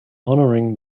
honoring